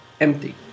empty